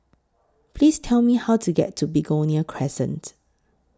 Please Tell Me How to get to Begonia Crescent